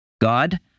God